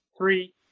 Three